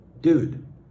dude